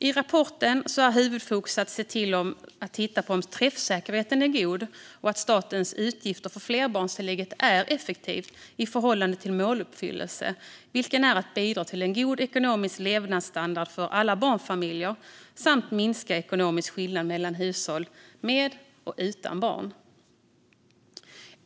I rapporten är huvudfokus att se om träffsäkerheten är god och om statens utgifter för flerbarnstillägget är effektivt i förhållande till måluppfyllelsen, vilken är att bidra till en god ekonomisk levnadsstandard för alla barnfamiljer samt att minska ekonomiska skillnader mellan hushåll med och utan barn.